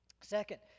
Second